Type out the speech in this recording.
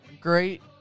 Great